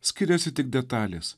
skiriasi tik detalės